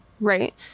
Right